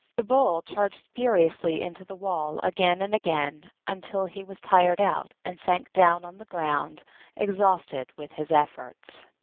the bull charged furiously into the wall again and again until he was tired out, and sank down on the ground exhausted with his efforts.